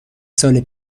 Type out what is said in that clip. سال